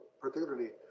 particularly